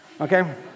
Okay